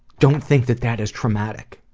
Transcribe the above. don't think that that is traumatic.